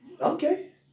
Okay